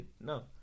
No